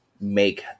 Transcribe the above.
make